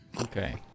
Okay